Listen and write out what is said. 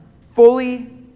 fully